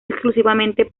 exclusivamente